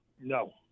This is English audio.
No